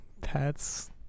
pets